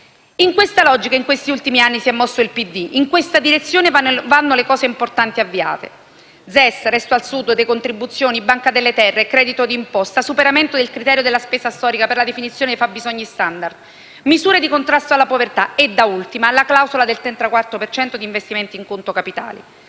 In questa logica negli ultimi anni si è mosso il PD; in questa direzione vanno le cose importanti avviate: ZES, Resto al Sud, decontribuzioni, Banca delle terre, credito di imposta, superamento del criterio della spesa storica per la definizione dei fabbisogni *standard*, misure di contrasto alla povertà e da ultima la clausola del 34 per cento di investimenti in conto capitale.